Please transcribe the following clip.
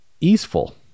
easeful